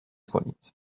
کنید